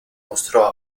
mostrò